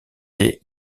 des